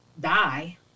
die